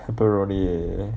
pepperoni